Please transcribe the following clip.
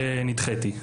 ונדחיתי.